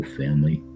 family